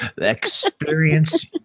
Experience